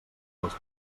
dels